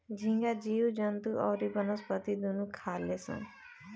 झींगा जीव जंतु अउरी वनस्पति दुनू खाले सन